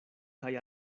kaj